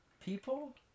people